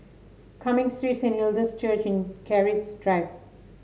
Cumming Street Saint Hilda's Church and Keris Drive